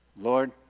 Lord